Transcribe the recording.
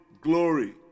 glory